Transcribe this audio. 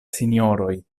sinjoroj